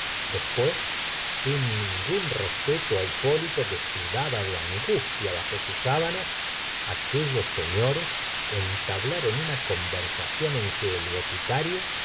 después sin ningún respeto á hipólito que sudaba de angustia bajo sus sábanas aquellos señores entablaron una conversación en que el boticario